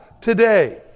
today